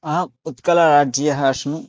अहम् उत्कलराज्यीयः अस्मि